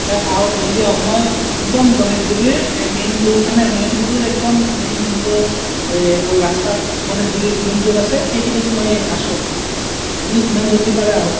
আহক জলদি আহক মই একদম গণেশগুৰিৰ মেইন মানে নয়নপুৰৰ একদম মেইন যোনটো ৰাস্তাত গণেশগুৰিৰ লিংক ৰ'ড আছে সেইখিনিত মই আছো আপুনি যিমান জলদি পাৰে আহক